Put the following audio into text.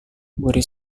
bury